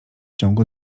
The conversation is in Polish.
ciągu